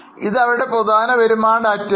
ഇത് അവരുടെ വരുമാന ഡാറ്റയാണ്